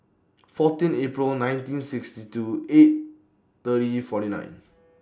fourteen April nineteen sixty two eight thirty forty nine